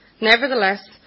Nevertheless